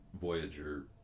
Voyager